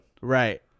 Right